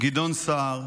גדעון סער,